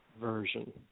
version